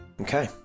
Okay